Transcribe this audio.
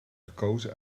gekozen